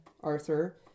Arthur